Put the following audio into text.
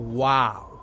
wow